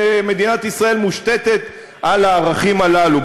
ומדינת ישראל מושתתת על הערכים הללו.